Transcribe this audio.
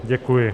Děkuji.